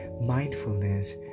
mindfulness